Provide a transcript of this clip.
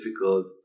difficult